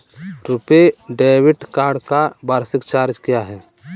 RuPay debit card का वार्षिक charge क्या है?